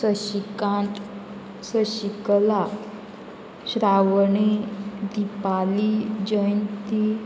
Shashikant Shashikala Shravani Dipali Jayanti